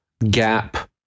gap